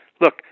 Look